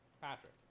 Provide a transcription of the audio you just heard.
Patrick